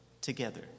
together